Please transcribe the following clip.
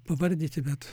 pavardyti bet